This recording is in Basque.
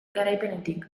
garaipenetik